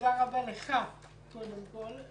ותודה רבה לך קודם כל.